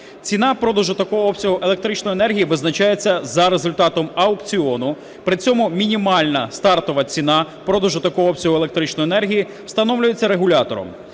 Ціна продажу такого обсягу електричної енергії визначається за результатом аукціону, при цьому мінімальна стартова ціна продажу такого обсягу електричної енергії встановлюється регулятором.